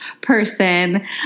person